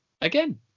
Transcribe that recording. again